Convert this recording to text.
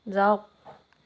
যাওক